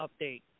update